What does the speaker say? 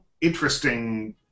interesting